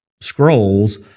scrolls